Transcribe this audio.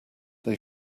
they